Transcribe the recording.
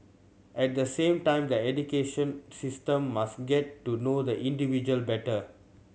at the same time the education system must get to know the individual better